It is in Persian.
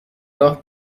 راه